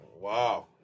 Wow